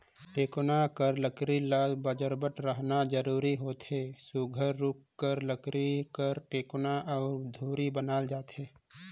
टेकोना कर लकरी ल बजरबट रहना जरूरी होथे सुग्घर रूख कर लकरी कर टेकोना अउ धूरी बनाल जाथे